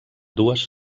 dues